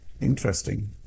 interesting